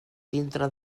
dintre